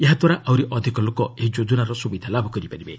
ଏହାଦ୍ୱାରା ଆହୁରି ଅଧିକ ଲୋକ ଏହି ଯୋଜନାର ସୁବିଧା ଲାଭ କରିପାରିବେ